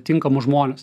tinkamus žmones